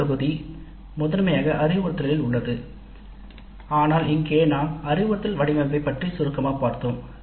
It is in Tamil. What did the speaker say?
அடுத்த தொகுதி முதன்மையாக அறிவுறுத்தலில் உள்ளது ஆனால் இங்கே நாம் அறிவுறுத்தல் வடிவமைப்பை பற்றி சுருக்கமாகப் பார்த்தோம்